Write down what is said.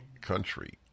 country